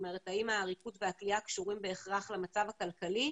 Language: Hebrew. האם העריקות והכליאה קשורים בהכרח למצב הכלכלי?